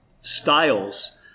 styles